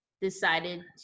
decided